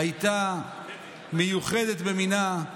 הייתה מיוחדת במינה,